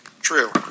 true